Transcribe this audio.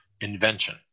invention